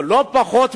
ולא פחות,